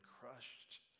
crushed